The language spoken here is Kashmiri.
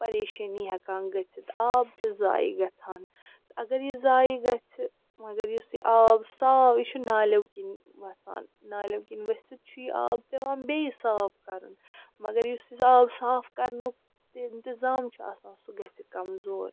پریشٲنی ہیٚکان گٔژھِتھ آب چھُ ضایعہِ گژھان تہٕ اگر یہِ ضایعہِ گژھہِ مگر یُس یہِ آب صاف یہِ چھُ نالیٛو کِنۍ وَسان نالیٛو کِنۍ ؤسِتھ چھُ یہِ آب پیٚوان بیٚیہِ صاف کَرُن مگر یُس یہِ آب صاف کَرنُک اِنتظام چھُ آسان سُہ گژھہِ کمزور